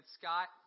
Scott